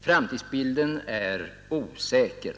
Framtidsbilden är osäker.